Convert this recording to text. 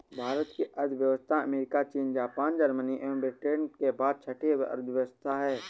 भारत की अर्थव्यवस्था अमेरिका, चीन, जापान, जर्मनी एवं ब्रिटेन के बाद छठी अर्थव्यवस्था है